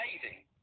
amazing